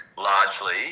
Largely